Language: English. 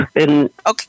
Okay